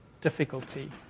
difficulty